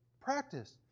practice